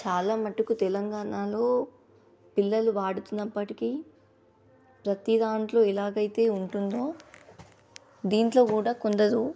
చాలా మటుకు తెలంగాణాలో పిల్లలు వాడుతున్నప్పటికీ ప్రతీ దాంట్లో ఎలాగైతే ఉంటుందో దీంట్లో కూడా కొందరు